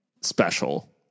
special